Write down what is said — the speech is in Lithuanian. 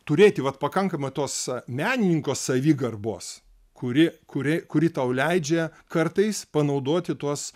turėti vat pakankamai tos menininko savigarbos kuri kuri kuri tau leidžia kartais panaudoti tuos